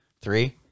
Three